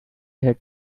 had